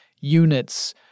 units